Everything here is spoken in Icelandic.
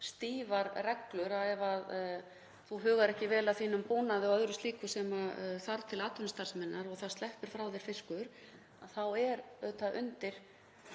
stífar reglur. Ef þú hugar ekki vel að þínum búnaði og öðru slíku sem þarf til atvinnustarfseminnar og það sleppur frá þér fiskur þá er talsvert mikið undir